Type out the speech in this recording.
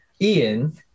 Ian